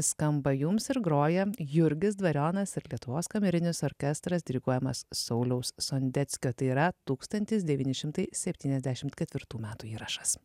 skamba jums ir groja jurgis dvarionas ir lietuvos kamerinis orkestras diriguojamas sauliaus sondeckio tai yra tūktantsi devyni šimtai septyniasdešimt ketvirtų metų įrašas